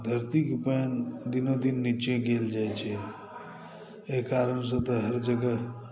धरतीके पानि दिनोदिन नीचे गेल जाइ छै एहि कारणसॅं तऽ हर जगह